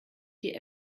die